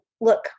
look